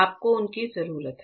आपको उनकी जरूरत है